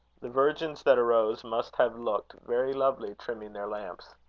the virgins that arose must have looked very lovely, trimming their lamps.